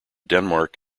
denmark